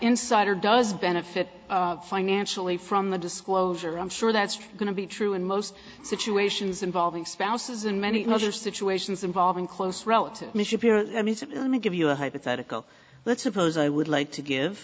insider does benefit financially from the disclosure i'm sure that's going to be true in most situations involving spouses and many other situations involving a close relative let me give you a hypothetical let's suppose i would like to give